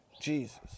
Jesus